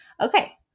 Okay